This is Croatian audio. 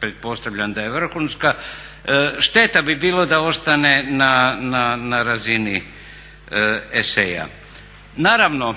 pretpostavljam da je vrhunska. Šteta bi bilo da ostane na razini eseja. Naravno